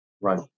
right